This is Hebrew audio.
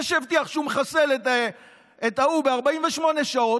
זה שהבטיח שהוא מחסל את ההוא ב-48 שעות,